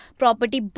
property